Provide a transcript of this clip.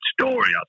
story